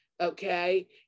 okay